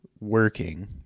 working